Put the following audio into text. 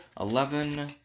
eleven